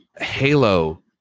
Halo